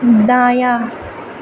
دایاں